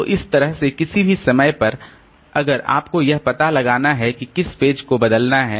तो इस तरह से किसी भी समय पर अगर आपको यह पता लगाना है कि किस पेज को बदलना है